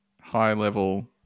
high-level